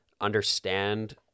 understand